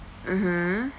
mmhmm